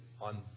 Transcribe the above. on